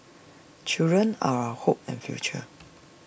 children are our hope and future